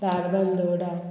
Dharbandora